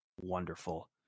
wonderful